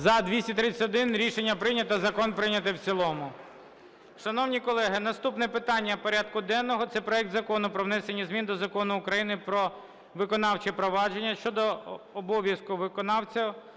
За-231 Рішення прийнято. Закон прийнятий в цілому. Шановні колеги, наступне питання порядку денного – це проект Закону про внесення змін до Закону України "Про виконавче провадження" (щодо обов'язку виконавця